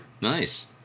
nice